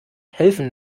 helfen